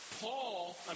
Paul